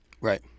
Right